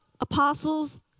apostles